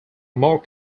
more